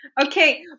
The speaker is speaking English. Okay